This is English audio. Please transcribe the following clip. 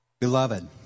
beloved